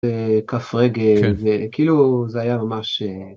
כף רגל זה כאילו זה היה ממש.